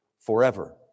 forever